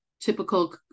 typical